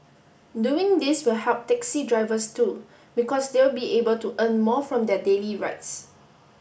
doing this will help taxi drivers too because they'll be able to earn more from their daily rides